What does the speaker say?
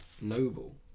Noble